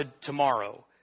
tomorrow